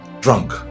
drunk